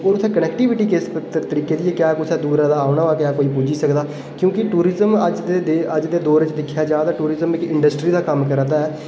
ओह् उत्थै कनैक्टिविटी किस तरिके दी ऐ क्या कुसै दूरा दा औना होए क्या कोई पुज्जी सकदा क्योंकि टूरिज़म अज्ज दे दौर च दिक्खेआ जा ते टूरिज़म इंड़स्ट्री दे तौर पर कम्म करा दा ऐ